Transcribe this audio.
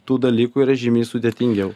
tų dalykų yra žymiai sudėtingiau